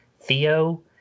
Theo